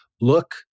look